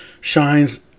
shines